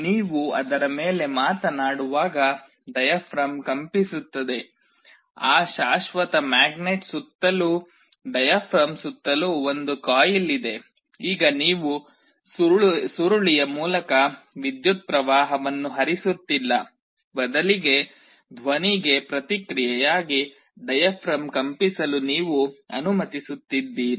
ನೀವು ಅದರ ಮೇಲೆ ಮಾತನಾಡುವಾಗ ಡಯಾಫ್ರಾಮ್ ಕಂಪಿಸುತ್ತದೆ ಆ ಶಾಶ್ವತ ಮ್ಯಾಗ್ನೆಟ್ ಸುತ್ತಲೂ ಡಯಾಫ್ರಾಮ್ ಸುತ್ತಲೂ ಒಂದು ಕಾಯಿಲ್ ಇದೆ ಈಗ ನೀವು ಸುರುಳಿಯ ಮೂಲಕ ವಿದ್ಯುತ್ ಪ್ರವಾಹವನ್ನು ಹರಿಸುತ್ತಿಲ್ಲ ಬದಲಿಗೆ ಧ್ವನಿಗೆ ಪ್ರತಿಕ್ರಿಯೆಯಾಗಿ ಡಯಾಫ್ರಾಮ್ ಕಂಪಿಸಲು ನೀವು ಅನುಮತಿಸುತ್ತಿದ್ದೀರಿ